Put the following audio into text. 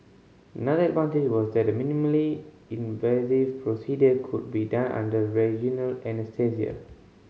another advantage was that the minimally invasive procedure could be done under regional anaesthesia